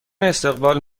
استقبال